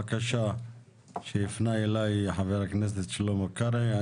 בקשה שהפנה אליי חבר הכנסת שלמה קרעי.